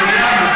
סיימנו.